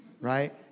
right